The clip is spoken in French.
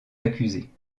accusés